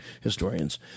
historians